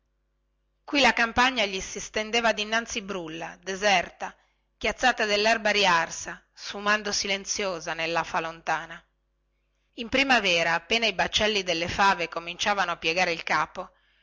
qui la campagna gli si stendeva dinanzi brulla deserta chiazzata dallerba riarsa sfumando silenziosa nellafa lontana in primavera appena i baccelli delle fave cominciavano a piegare il capo